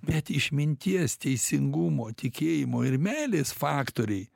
bet išminties teisingumo tikėjimo ir meilės faktoriai